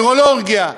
נוירולוגיה.